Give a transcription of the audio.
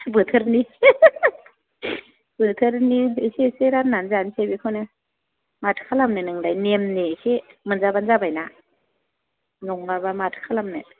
बोथोरनि बोथोरनि एसे एसे राननानै जानोसै बेखौनो माथो खालामनो नोंलाय नेमनि एसे मोनजाबानो जाबाय ना नङाबा माथो खालामनो